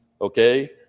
okay